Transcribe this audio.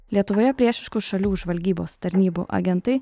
lietuvoje priešiškų šalių žvalgybos tarnybų agentai